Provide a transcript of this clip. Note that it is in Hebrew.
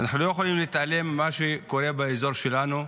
אנחנו לא יכולים להתעלם ממה שקורה באזור שלנו,